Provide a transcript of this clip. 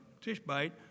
Tishbite